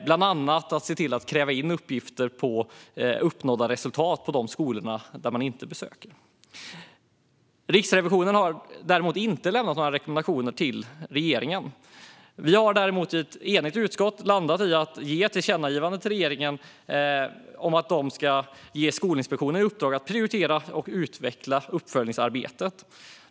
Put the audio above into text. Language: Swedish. Bland annat ska uppgifter på uppnådda resultat krävas in från skolor som inspektionen inte besöker. Riksrevisionen har däremot inte lämnat några rekommendationer till regeringen. Ett enigt utskott har däremot landat i att göra ett tillkännagivande till regeringen om att ge Skolinspektionen i uppdrag att prioritera och utveckla uppföljningsarbetet.